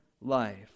life